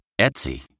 Etsy